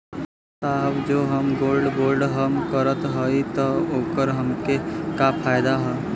साहब जो हम गोल्ड बोंड हम करत हई त ओकर हमके का फायदा ह?